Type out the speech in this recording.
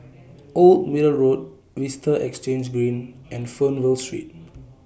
Old Middle Road Vista Exhange Green and Fernvale Street